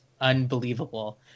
unbelievable